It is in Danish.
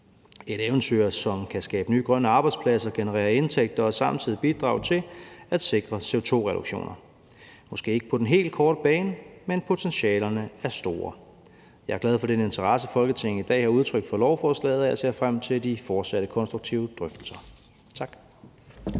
et eventyr, som kan skabe nye grønne arbejdspladser og generere indtægter og samtidig bidrage til at sikre CO2-reduktioner – måske ikke på den helt korte bane, men potentialerne er store. Jeg er glad for den interesse, som Folketinget i dag har udtrykt for lovforslaget, og jeg ser frem til de fortsatte konstruktive drøftelser. Tak.